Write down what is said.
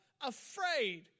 afraid